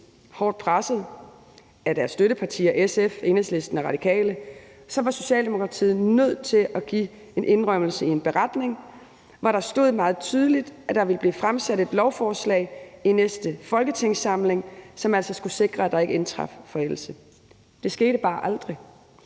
Hårdt presset af deres støttepartier, SF, Enhedslisten og Radikale, var Socialdemokratiet nødt til at give en indrømmelse i en beretning, hvor der meget tydeligt stod, at der ville blive fremsat et lovforslag i næste folketingssamling, som altså skulle sikre, at der ikke indtraf forældelse. Det skete bare aldrig.